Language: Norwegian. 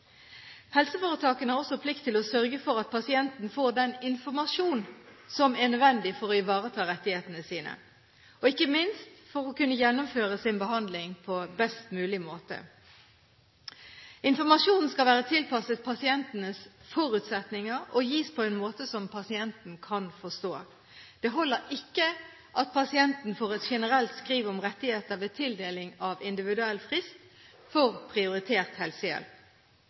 Helseforetakene har også plikt til å sørge for at pasienten får den informasjon som er nødvendig for å ivareta rettighetene sine, og ikke minst for å kunne gjennomføre sin behandling på best mulig måte. Informasjonen skal være tilpasset pasientens forutsetninger og gis på en måte som pasienten kan forstå. Det holder ikke at pasienten får et generelt skriv om rettigheter ved tildeling av individuell frist for prioritert helsehjelp.